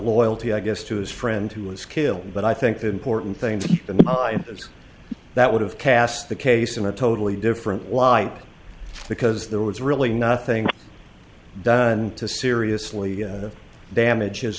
loyalty i guess to his friend who was killed but i think the important thing to keep in mind is that would have cast the case in a totally different why because there was really nothing done to seriously damage